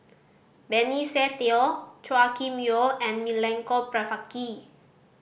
Benny Se Teo Chua Kim Yeow and Milenko Prvacki